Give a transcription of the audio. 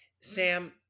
Sam